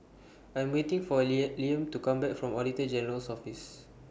I'm waiting For Liam Liam to Come Back from Auditor General's Office